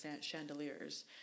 chandeliers